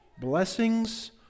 blessings